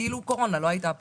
כאילו הקורונה לא הייתה פה.